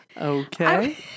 Okay